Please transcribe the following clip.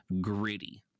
gritty